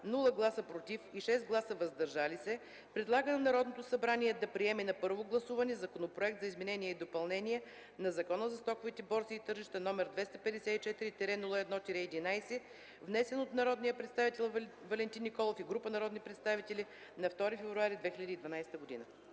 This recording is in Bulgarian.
0 гласа “против” и 6 гласа “въздържали се” предлага на Народното събрание да приеме на първо гласуване Законопроект за изменение и допълнение на Закона за стоковите борси и тържищата, № 254-01-11, внесен от Валентин Николов и група народни представители на 2 февруари 2012 г.”